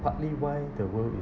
partly why the world i~